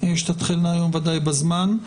שתתחלנה היום ודאי בזמן.